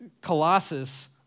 Colossus